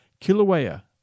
Kilauea